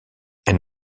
elle